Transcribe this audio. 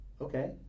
okay